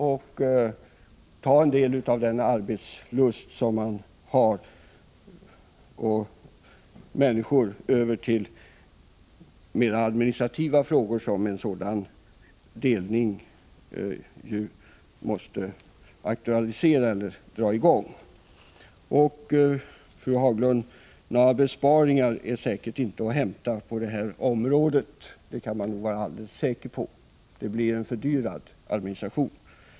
En del av den arbetskapacitet och de personella resurser som man har skulle föras över till att arbeta med mera administrativa frågor som en sådan delning ju måste föranleda. Några besparingar är säkert inte att hämta på detta område, fru Haglund. Det kan man nog vara alldeles övertygad om. Det blir en fördyrad administration.